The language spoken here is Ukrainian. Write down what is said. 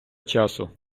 часу